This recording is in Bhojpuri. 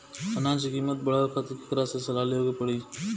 अनाज क कीमत बढ़ावे खातिर केकरा से सलाह लेवे के पड़ी?